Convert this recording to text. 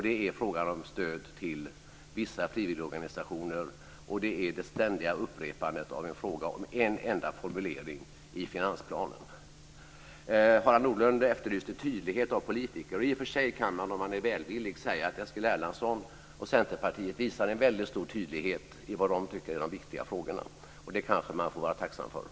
Det är frågan om stöd till vissa frivilligorganisationer, och det är den fråga som ständigt upprepas om en enda formulering i finansplanen. Harald Nordlund efterlyste tydlighet hos politiker. I och för sig kan man om man är välvillig säga att Eskil Erlandsson och Centerpartiet visar en väldigt stor tydlighet när det gäller vad de tycker är de viktiga frågorna. Det kanske man får vara tacksam för.